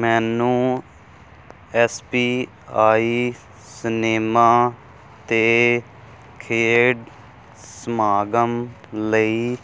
ਮੈਨੂੰ S P I cinema 'ਤੇ ਖੇਡ ਸਮਾਗਮ ਲਈ